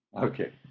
Okay